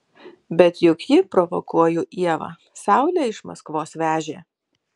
bet juk ji provokuoju ievą saulę iš maskvos vežė